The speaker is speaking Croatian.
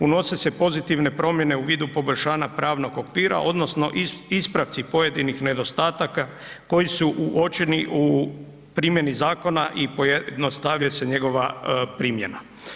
Unose se pozitivne promjene u vidu poboljšanja pravnog okvira odnosno ispravci pojedinih nedostataka koji su uočeni u primjeni zakona i pojednostavljuje se njegova primjena.